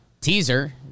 Teaser